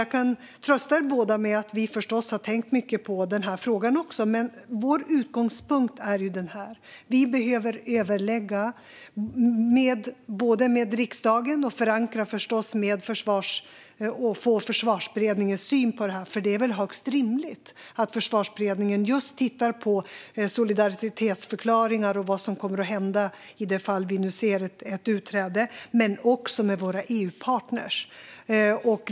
Jag kan trösta er båda med att vi förstås också har tänkt mycket på den här frågan. Men vår utgångspunkt är att vi behöver överlägga med riksdagen och förstås få Försvarsberedningens syn på det här. Det är väl högst rimligt att Försvarsberedningen tittar på just solidaritetsförklaringar och vad som kommer att hända i det fall vi nu ser ett utträde. Men vi behöver också överlägga med våra EU-partner.